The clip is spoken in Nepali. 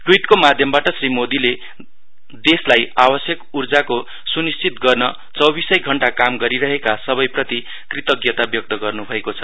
ट्विटको माध्यमबाट श्री मोदीले देशलाई आवस्यक ऊर्जाको सुनिस्चित गर्न चौवीसै घण्टा काम गरिरहेका सबैप्रति कृतज्ञता व्यक्त गर्नु भएकोछ